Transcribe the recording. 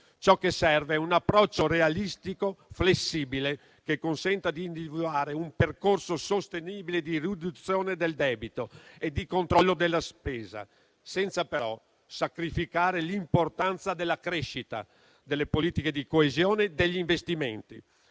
Ciò che serve è un approccio realistico, flessibile, che consenta di individuare un percorso sostenibile di riduzione del debito e di controllo della spesa, senza però sacrificare l'importanza della crescita, delle politiche di coesione e degli investimenti.